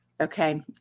Okay